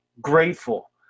grateful